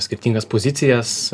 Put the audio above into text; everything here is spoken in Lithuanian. skirtingas pozicijas